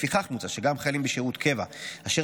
לפיכך מוצע שגם חיילים בשירות קבע אשר